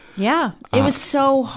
yeah. it was so ha,